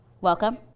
welcome